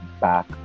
back